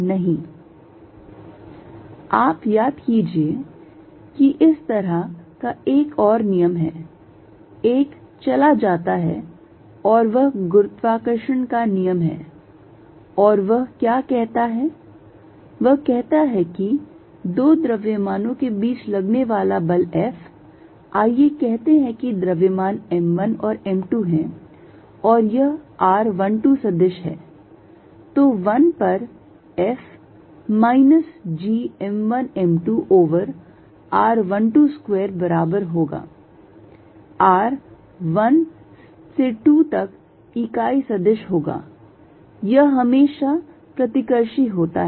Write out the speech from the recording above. आप याद आप याद कीजिए कि इसी तरह का एक और नियम है एक चला जाता है और वह गुरुत्वाकर्षण का नियम है और वह क्या कहता हैवह कहता है कि दो द्रव्यमानों के बीच लगने वाला बल F आइए कहते हैं कि द्रव्यमान m 1 और m 2 हैं और यह r 1 2 सदिश है तो 1 पर F minus G m1 m2 over r12 square बराबर होगा r 1 से 2 तक इकाई सदिश होगा यह हमेशा प्रतिकर्षी होता है